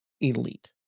elite